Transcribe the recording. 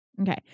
Okay